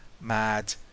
mad